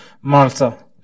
Malta